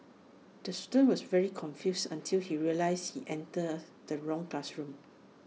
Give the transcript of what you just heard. the student was very confused until he realised he entered the wrong classroom